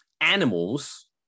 animals